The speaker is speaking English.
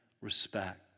respect